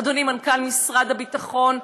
אדוני מנכ"ל משרד הביטחון,